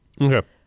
Okay